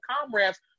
comrades